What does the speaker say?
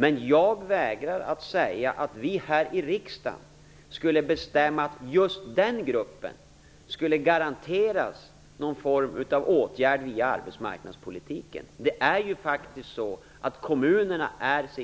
Men jag vägrar att säga att vi här i riksdagen skall bestämma att just den gruppen skall garanteras någon form av åtgärd via arbetsmarknadspolitiken. Det är faktiskt så att kommunerna